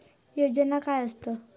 योजना काय आसत?